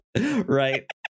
right